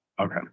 Okay